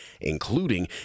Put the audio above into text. including